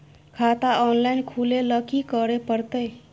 खाता ऑनलाइन खुले ल की करे परतै?